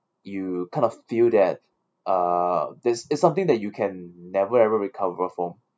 you kind of feel that uh this is something that you can never ever recover from